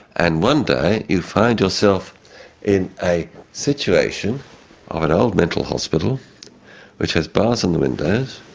and one day you find yourself in a situation of an old mental hospital which has bars on the windows,